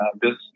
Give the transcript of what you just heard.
business